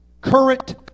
current